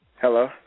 Hello